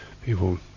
people